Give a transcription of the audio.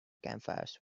campfires